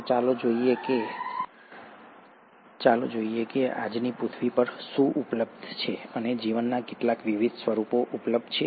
તો ચાલો જોઈએ કે આજની પૃથ્વી પર શું ઉપલબ્ધ છે અને જીવનના કેટલા વિવિધ સ્વરૂપો ઉપલબ્ધ છે